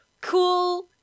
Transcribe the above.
cool